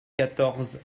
quatorze